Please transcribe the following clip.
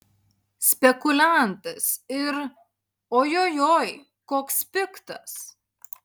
spekuliantas ir ojojoi koks piktas